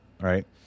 right